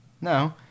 No